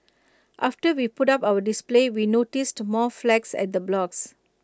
after we put up our display we noticed more flags at the blocks